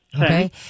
okay